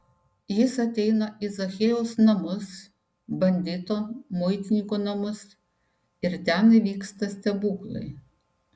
jis ateina į zachiejaus namus bandito muitininko namus ir ten įvyksta stebuklai